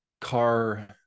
car